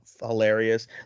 hilarious